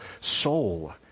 soul